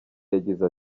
yagize